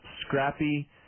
Scrappy